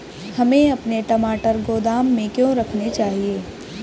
हमें अपने टमाटर गोदाम में क्यों रखने चाहिए?